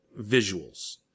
visuals